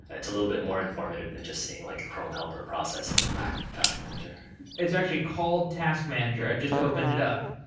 it's a little bit more informative than just seeing like chrome help or process in the mac task manager it's actually called task manager. i just opened it up.